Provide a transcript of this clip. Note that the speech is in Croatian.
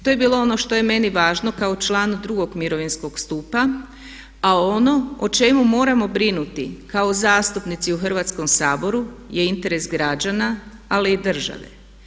To je bilo ono što je meni važno kao članu 2. mirovinskog stupa, a ono o čemu moramo brinuti kao zastupnici u Hrvatskom saboru je interes građana ali i države.